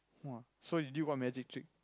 !wah! so you did what magic trick